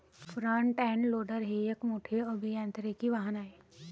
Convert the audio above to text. front end loader हे एक मोठे अभियांत्रिकी वाहन आहे